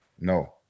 No